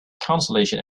consolation